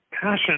passion